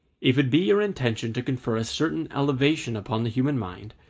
if it be your intention to confer a certain elevation upon the human mind,